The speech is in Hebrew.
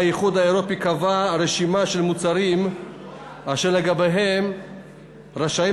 האיחוד האירופי קבע רשימה של מוצרים אשר לגביהם רשאיות